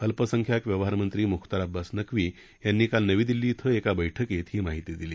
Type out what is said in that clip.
अल्पसंख्याक व्यवहारमंत्री मुख्तार अब्बास नक्वी यांनी काल नवी दिल्ली ॐ एका बैठकीत ही माहिती दिली